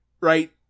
Right